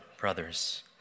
brothers